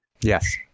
Yes